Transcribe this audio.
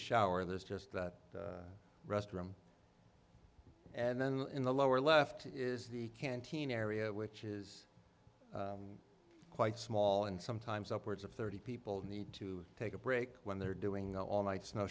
shower there's just the restroom and then in the lower left is the canteen area which is quite small and sometimes upwards of thirty people need to take a break when they're doing all night snow